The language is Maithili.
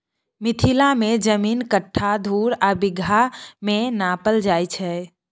मिथिला मे जमीन कट्ठा, धुर आ बिगहा मे नापल जाइ छै